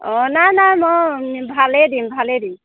অঁ নাই নাই মই ভালেই দিম ভালেই দিম